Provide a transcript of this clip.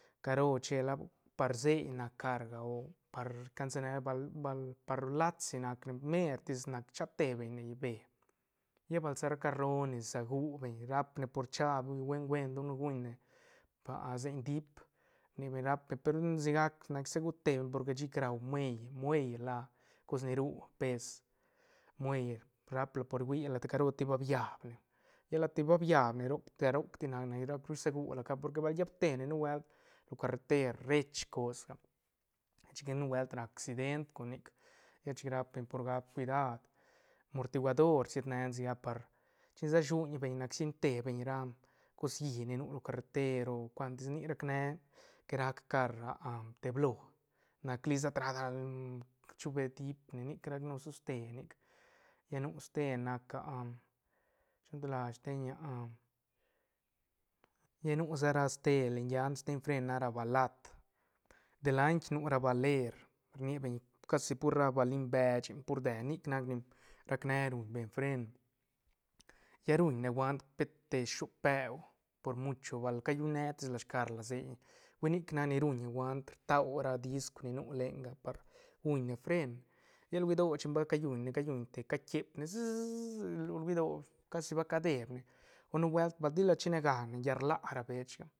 Ca ro chela la par seiñ nac car o par cansanela bal- bal par lats si nac ne mertis nac chate beñ ne bee lla bal sa ra car roo ne sagu beñ rap ne por cha buen- buen don guñ ne seiñ dip ni be rap beñ pe ru sigac nac isagu te beñ porque chic rau muey- muey la cos ni ru pes muey rap la huila ta caro ba biab ne lla lat ni ba biab ne roc ti- roc ti nac ne nac ru rsagula car porque bal llaab te ne nubuelt lo carreter rech cosga chic nubuelt rac accident con nic lla chic rap beñ por gap cuidad mortiguador siet ne ne sigac par chin se shuñ beñ nac sien te beñ ra cos llí ni nu lo carreter oh cuantis nic rac ne que rac car teblo nac li sa traga chu be dip ne nic ra nu soste nic lla nu ste nac shi lo gan la sten lla nu sa ra ste len llant steñ bren nac balat de lain nu ra baler rni beñ casi pur ra balin beche pur dee nic nac ni rac ne ruñne fren lla ru ne huant per te shoop beu por mucho bal ca llun ne tis la scarla seiñ hui nic nac ni ruñ guant rtau ra disc ni nu lenga par guñne fren lla hueni do chin ba ca lluñ ne ca lluñ te catiep sh- sh- sh- sh bueni do casi ba ca debne o nubuelt bal tila chi ne ga ne lla rla ra bechga.